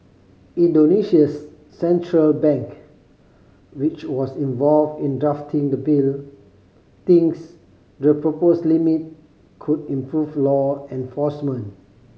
Indonesia's central bank which was involved in drafting the bill thinks the proposed limit could improve law enforcement